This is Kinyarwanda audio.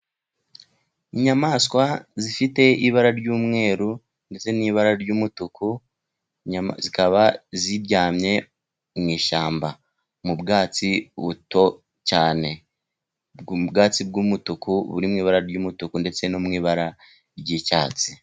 Inyamaswa zifite ibara ry'umweru ndetse n'ibara ry'umutuku, zikaba ziryamye mu ishyamba mu bwatsi buto cyane, n'ubwatsi bw'umutuku buri mu ibara ry'umutuku ,ndetse no mu ibara ry'icyatsi.